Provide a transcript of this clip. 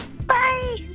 Bye